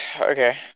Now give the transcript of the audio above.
Okay